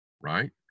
right